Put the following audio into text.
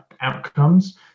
outcomes